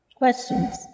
Questions